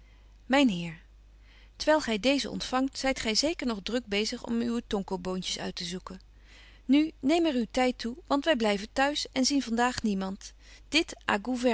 terwyl gy deezen ontfangt zyt gy zeker nog druk bezig om uwe tonco boontjes uit te zoeken nu neem er uw tyd toe want wy blyven t'huis en zien van daag niemand